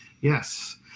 Yes